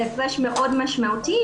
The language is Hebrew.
זה הפרש מאוד משמעותי.